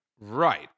right